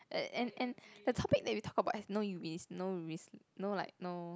a~ and and the topic that we talk about has no risk no risk no like no